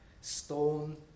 stone